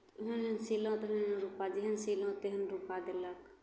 ओहन ओहन सीलहुँ तेहन रुपैआ जेहन सीलहुँ तेहन रुपैआ देलक